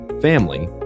family